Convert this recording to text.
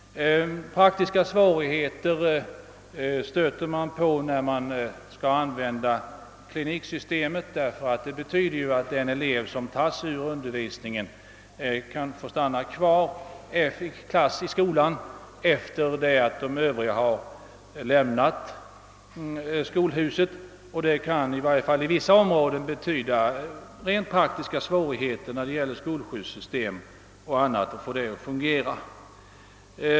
Man stöter emellertid på praktiska svårigheter därför att kliniksystemet för med sig att en del elever måste stanna kvar i skolan sedan övriga lämnat den. Detta kan i vissa områden innebära praktiska svårigheter när det gäller exempelvis skolskjutsarna.